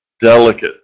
delicate